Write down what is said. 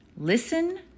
Listen